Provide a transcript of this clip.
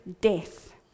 death